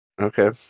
Okay